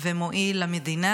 ומועיל למדינה.